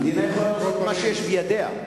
המדינה יכולה לעשות מה שיש בידה.